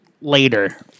Later